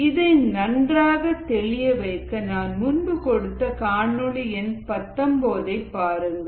இதை நன்றாக தெளிய வைக்க நான் முன்பு கொடுத்த காணொளி எண் 19பாருங்கள்